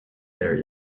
there